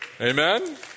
Amen